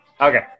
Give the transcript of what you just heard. Okay